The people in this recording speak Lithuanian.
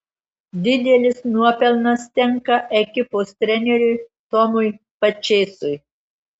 didelis nuopelnas tenka ekipos treneriui tomui pačėsui